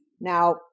Now